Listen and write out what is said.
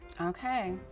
Okay